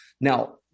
Now